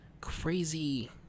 crazy